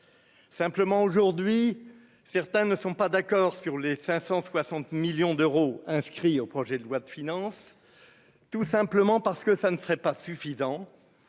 Simplement, aujourd'hui, certains ne sont pas d'accord sur les 560 millions d'euros inscrits au projet de loi de finances, tout simplement parce que ça ne serait pas suffisant